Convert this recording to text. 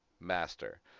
Master